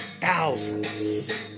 Thousands